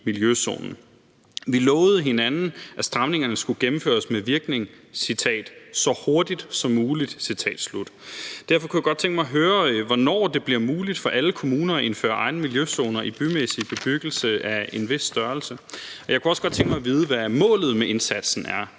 har lovet hinanden, at stramningerne skulle gennemføres med virkning »så hurtigt som muligt«. Derfor kunne jeg godt tænke mig at høre, hvornår det bliver muligt for alle kommuner at indføre egne miljøzoner i bymæssig bebyggelse af en vis størrelse. Jeg kunne også godt tænke mig at vide, hvad målet med indsatsen er.